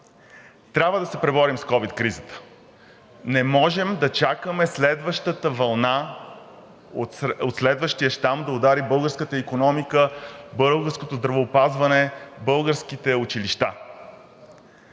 Трябва да се преборим с ковид кризата. Не можем да чакаме следващата вълна от следващия щам да удари българската икономика, българското здравеопазване, българските училища.